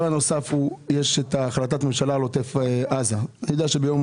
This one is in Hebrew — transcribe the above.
יש את החלטת הממשלה על עוטף עזה - אני יודע שביום